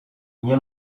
nie